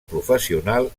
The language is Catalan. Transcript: professional